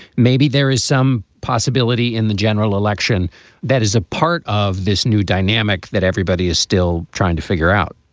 maybe there is some possibility in the general election that is a part of this new dynamic that everybody is still trying to figure out